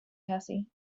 cassie